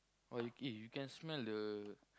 oh you can eh you can smell the